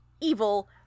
evil